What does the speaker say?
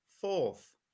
fourth